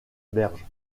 berge